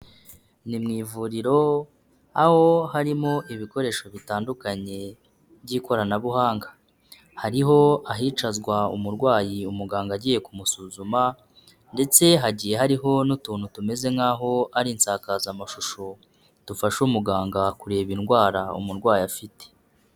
Ni mu ivuriro aho harimo ibikoresho bitandukanye by'ikoranabuhanga, hariho ahicazwa umurwayi umuganga agiye kumusuzuma, ndetse hagiye hariho n'utuntu tumeze nkaho ari insakazamashusho dufasha umuganga kureba indwara umurwayi afite.